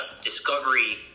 discovery